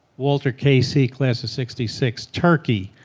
walter casey, class of sixty six. turkey.